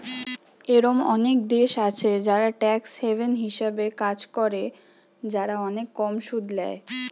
এরোম অনেক দেশ আছে যারা ট্যাক্স হ্যাভেন হিসাবে কাজ করে, যারা অনেক কম সুদ ল্যায়